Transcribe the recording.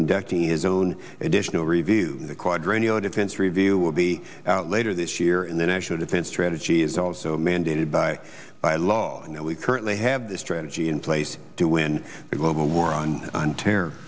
conducting his own additional review the quadrennial defense review will be out later this year and the national defense strategy is also mandated by by law and that we currently have this strategy in place to win the global war on terror